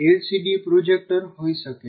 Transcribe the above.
D projector હોઈ શકે છે